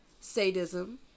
sadism